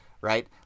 right